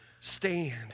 stand